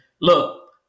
look